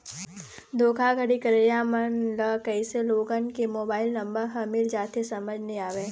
धोखाघड़ी करइया मन ल कइसे लोगन के मोबाईल नंबर ह मिल जाथे समझ नइ आवय